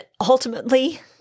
ultimately